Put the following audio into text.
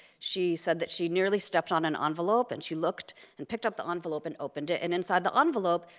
she said that she nearly stepped on an ah envelope, and she looked and picked up the envelope and opened it, and inside the envelope,